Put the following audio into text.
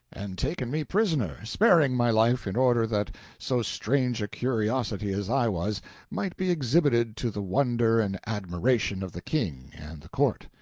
and taken me prisoner, sparing my life in order that so strange a curiosity as i was might be exhibited to the wonder and admiration of the king and the court.